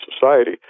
society